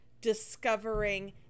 discovering